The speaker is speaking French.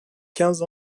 quinze